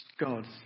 gods